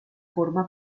forma